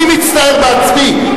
אני מצטער בעצמי,